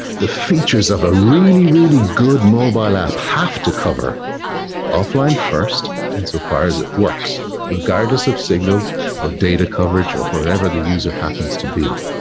the features of a really, really good mobile app have to cover offline first, and so far as it works regardless of signal or data coverage or wherever the user happens to be.